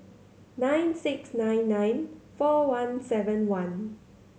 nine six nine nine four one seven one